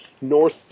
North